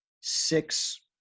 six